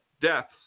deaths